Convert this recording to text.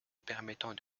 permettant